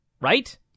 right